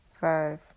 five